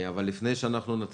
אבל לפני שנתחיל,